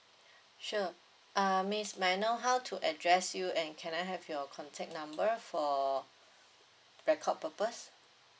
sure uh miss may I know how to address you and can I have your contact number for record purpose